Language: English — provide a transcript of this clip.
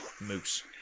Moose